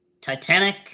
Titanic